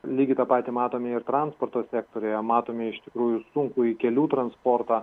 lygiai tą patį matome ir transporto sektoriuje matome iš tikrųjų sunkųjį kelių transportą